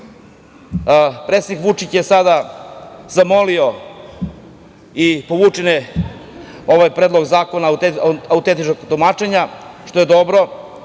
Predsednik Vučić je sada zamolio i povučen je ovaj predlog zakona autentičnog tumačenja, što je dobro